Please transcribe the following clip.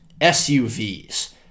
SUVs